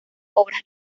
obras